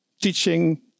teaching